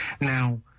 Now